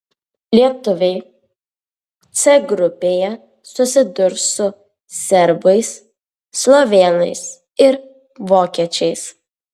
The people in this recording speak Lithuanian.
lietuviai c grupėje susidurs su serbais slovėnais ir vokiečiais